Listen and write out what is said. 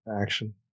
action